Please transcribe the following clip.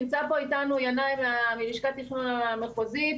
נמצא פה איתנו ינאי מלשכת התכנון המחוזית.